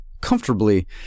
comfortably